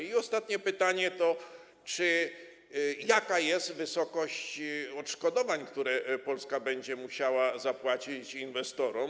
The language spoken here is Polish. I ostatnie pytanie: Jaka jest wysokość odszkodowań, które Polska będzie musiała zapłacić inwestorom?